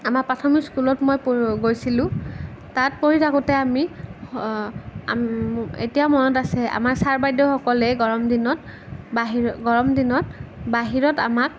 আমাৰ প্ৰাথমিক স্কুলত মই পঢ়িব গৈছিলোঁ তাত পঢ়ি থাকোঁতে আমি এতিয়াও মনত আছে আমাৰ চাৰ বাইদেউসকলে গৰম দিনত বাহিৰ গৰম দিনত বাহিৰত আমাক